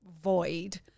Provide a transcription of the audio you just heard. void